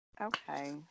okay